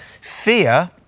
fear